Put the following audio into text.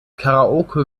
karaoke